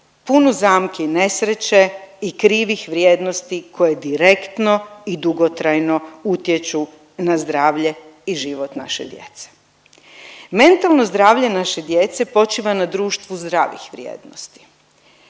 punu zamki i nesreće i krivih vrijednosti koje direktno i dugotrajno utječu na zdravlje i život naše djece. Mentalno zdravlje naše djece počiva na društvu zdravih vrijednosti,